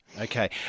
Okay